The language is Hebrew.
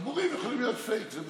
דיבורים יכולים להיות פייק, זה בסדר.